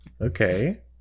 Okay